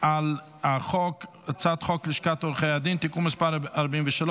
על הצעת חוק לשכת עורכי הדין (תיקון מס' 43),